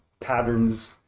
patterns